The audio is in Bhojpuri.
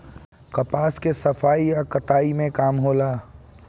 कपास के सफाई आ कताई के काम होला